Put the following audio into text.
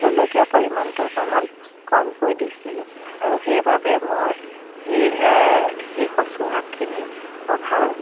জলকীয়াৰ পৰিমাণটো অকণমান কমকৈ দিছিলোঁ আৰু সেইবাবে মই সেই সেই কচু শাকখিনি বৰ ভাল